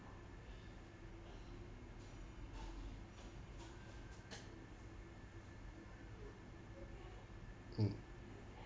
mm